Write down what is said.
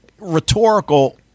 rhetorical